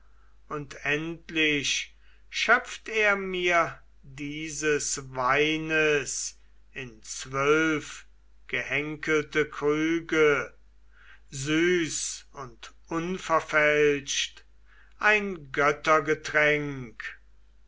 und endlich schöpft er mir dieses weines in zwölf gehenkelte krüge süß und unverfälscht ein